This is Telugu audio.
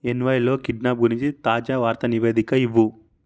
ఎన్వైలో కిడ్నాప్ గురించి తాజా వార్తా నివేదిక ఇవ్వు